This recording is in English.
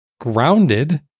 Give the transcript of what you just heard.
Grounded